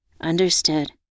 Understood